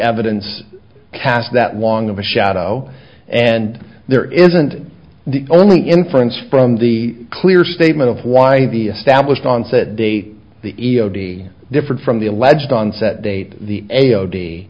evidence cast that long of a shadow and there isn't the only inference from the clear statement of why the established onset date the e o d different from the alleged onset date the a o d